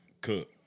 cook